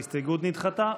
ההסתייגות נדחתה.